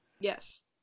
Yes